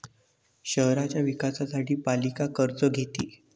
शहराच्या विकासासाठी पालिका कर्ज घेते